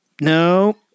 no